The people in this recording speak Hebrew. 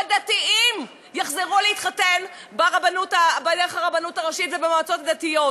דתיים יחזרו להתחתן דרך הרבנות הראשית ובמועצות הדתיות,